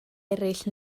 eraill